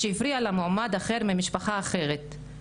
שהפריע למועמד אחר ממשפחה אחרת,